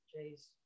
Jay's